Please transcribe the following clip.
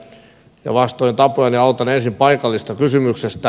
vastoin tapojani aloitan ensin paikallisesta kysymyksestä